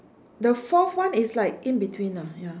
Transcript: the fourth one is like in between ah ya